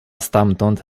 stamtąd